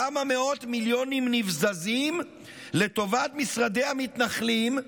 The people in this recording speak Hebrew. למה מאות מיליונים נבזזים לטובת משרדי המתנחלים,